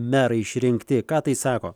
merai išrinkti ką tai sako